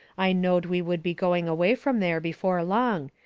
i knowed we would be going away from there before long,